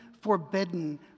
forbidden